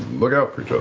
look out for each